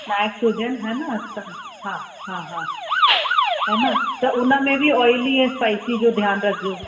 snacks हुजनि है न त हा हा हा है न त हुन में बि ऑइली ऐं स्पाइसी जो ध्यानु रखिजो